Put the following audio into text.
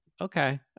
okay